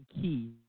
key